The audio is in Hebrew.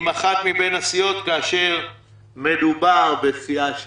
אם אחת מבין הסיעות, כאשר מדובר בסיעה שהתפצלה.